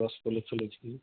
গছপুলি